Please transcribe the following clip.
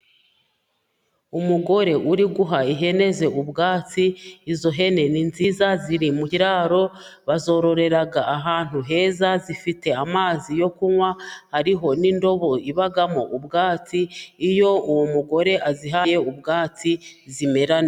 Umugore uri guha ihene ze ubwatsi, izo hene ni nziza ziri mu kiraro, bazororera ahantu heza, zifite amazi yo kunwa hariho n'indobo ibamo ubwatsi, iyo uwo mugore azihaye ubwatsi zimera.........